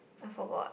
I forgot